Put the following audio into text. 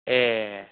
ए